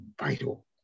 vital